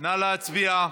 נא להצביע.